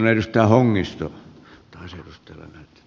kiitän tästä ajasta